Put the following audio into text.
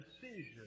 decision